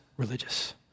religious